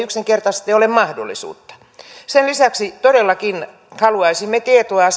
yksinkertaisesti ole mahdollisuutta sen lisäksi todellakin haluaisimme tietoa